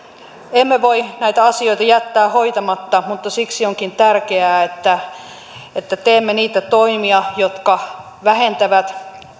emme voi näitä asioita jättää hoitamatta mutta siksi onkin tärkeää että että teemme niitä toimia jotka vähentävät